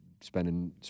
spending